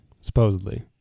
supposedly